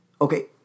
Okay